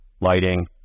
lighting